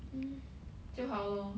mm 就好 lor